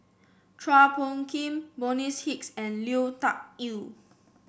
Chua Phung Kim Bonny's Hicks and Lui Tuck Yew